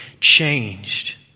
changed